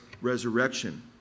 resurrection